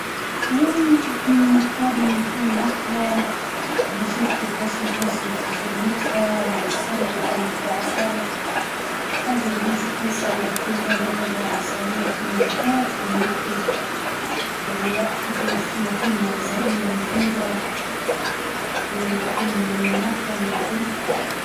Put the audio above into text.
بختار نكون نحلة، نحب نشوفها كيف بتنظم خدمتها مع السرب، وكيف تدير العسل متاحها، وكيف تطير، حتى يعجبني شكلها ولونها أصفر بالأسود مميز جدًا، كيف كيف تشم رائحة الزهور وهيكي؟